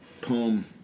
poem